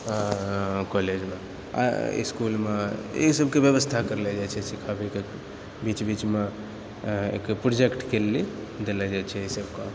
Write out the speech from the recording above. कॉलेजमे आ स्कूलमे इसभके व्यवस्था करले जाइ छै सिखाबैके बीच बीचमे एक प्रोजेक्टके लिए देलै जाइ छै ई सभ काम